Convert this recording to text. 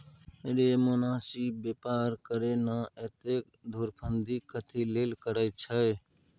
रे मोनासिब बेपार करे ना, एतेक धुरफंदी कथी लेल करय छैं?